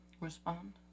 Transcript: Respond